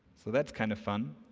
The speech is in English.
so that's kind of fun.